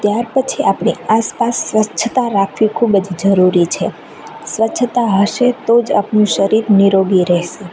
ત્યાર પછી આપણી આસપાસ સ્વચ્છતા રાખવી ખૂબ જ જરૂરી છે સ્વચ્છતા હશે તો જ આપણું શરીર નીરોગી રહેશે